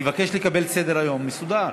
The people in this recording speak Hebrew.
אני מבקש לקבל את סדר-היום מסודר.